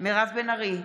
מירב בן ארי,